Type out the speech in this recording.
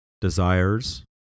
desires